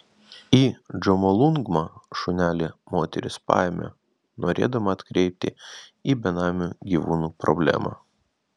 į džomolungmą šunelį moteris paėmė norėdama atkreipti į benamių gyvūnų problemą